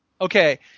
okay